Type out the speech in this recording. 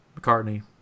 McCartney